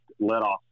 let-off